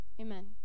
amen